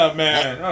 man